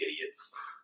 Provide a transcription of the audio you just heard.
idiots